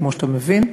כמו שאתה מבין.